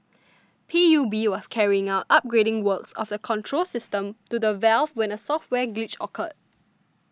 P U B was carrying out upgrading works of the control system to the valve when a software glitch occurred